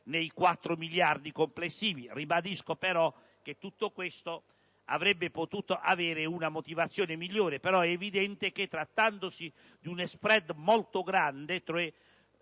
nei 4 miliardi complessivi. Ribadisco però che tutto ciò avrebbe potuto avere una motivazione migliore. Trattandosi di uno *spread* molto grande